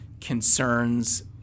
concerns